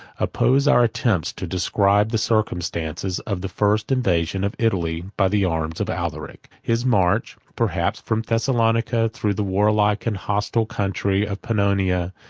oppose our attempts to describe the circumstances of the first invasion of italy by the arms of alaric. his march, perhaps from thessalonica, through the warlike and hostile country of pannonia,